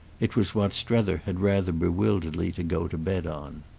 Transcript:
it was what strether had rather bewilderedly to go to bed on.